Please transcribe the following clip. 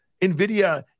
NVIDIA